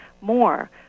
more